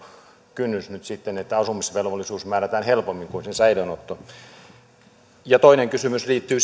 kynnys nyt sitten että asumisvelvollisuus määrätään helpommin kuin se säilöönotto toinen kysymys liittyy